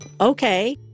okay